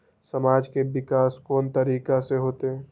समाज के विकास कोन तरीका से होते?